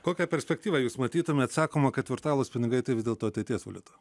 kokią perspektyvą jūs matytumėt sakoma kad virtualūs pinigai tai vis dėlto ateities valiuta